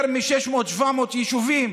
יותר מ-700-600 יישובים